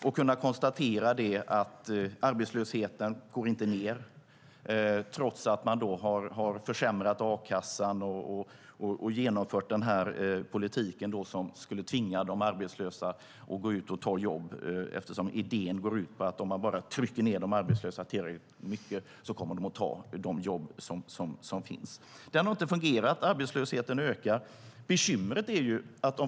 Man har konstaterat att arbetslösheten inte går ned, trots att man har försämrat a-kassan och genomfört en politik som skulle tvinga arbetslösa att ta jobb enligt idén att trycker man ned de arbetslösa tillräckligt mycket kommer de att ta de jobb som finns. Det har inte fungerat. Arbetslösheten ökar.